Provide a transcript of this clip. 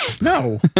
No